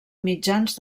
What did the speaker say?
mitjans